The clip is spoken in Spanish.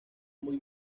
muy